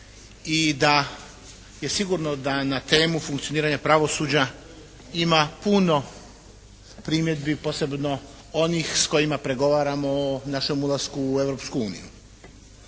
i da je sigurno da na temu funkcioniranja pravosuđa ima puno primjedbi, posebno onih s kojima pregovaramo o našem ulasku u Europsku uniju.